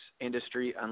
industry